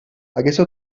aquesta